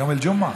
יום אל-ג'ומעה.